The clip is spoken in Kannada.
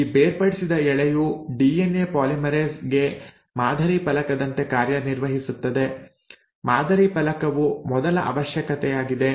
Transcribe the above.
ಈ ಬೇರ್ಪಡಿಸಿದ ಎಳೆಯು ಡಿಎನ್ಎ ಪಾಲಿಮರೇಸ್ ಗೆ ಮಾದರಿ ಫಲಕದಂತೆ ಕಾರ್ಯನಿರ್ವಹಿಸುತ್ತದೆ ಮಾದರಿ ಫಲಕವು ಮೊದಲ ಅವಶ್ಯಕತೆಯಾಗಿದೆ